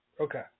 Okay